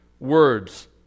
words